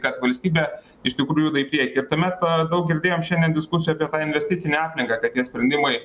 kad valstybė iš tikrųjų juda į priekį ir tuomet daug girdėjom šiandien diskusijų apie tą investicinę aplinką kad tie sprendimai